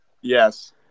Yes